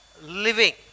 living